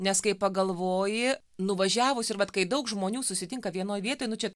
nes kai pagalvoji nuvažiavus ir vat kai daug žmonių susitinka vienoj vietoj nu čia